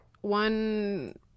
one